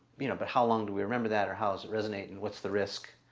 you know, but how long do we remember that or how's that resonating? what's the risk?